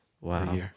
Wow